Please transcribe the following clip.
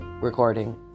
recording